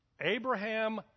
Abraham